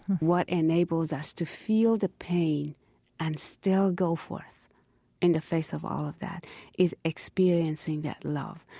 what enables us to feel the pain and still go forth in the face of all of that is experiencing that love.